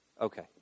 Okay